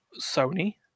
Sony